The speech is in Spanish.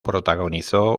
protagonizó